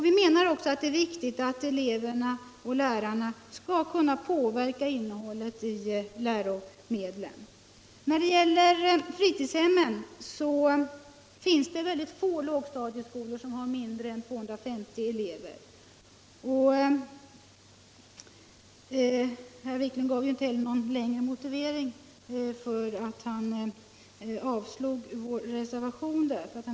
Vi menar också att det är viktigt att eleverna och lärarna skall kunna påverka innehållet i läromedlen. När det gäller fritidshemmen så har väldigt få lågstadieskolor mindre än 250 elever. Herr Wiklund gav ju inte heller någon motivering för att han ville avslå vår reservation.